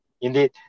Indeed